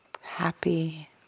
happy